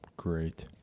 Great